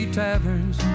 taverns